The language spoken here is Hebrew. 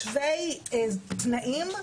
לשווי תנאים.